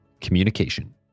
Communication